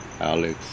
Alex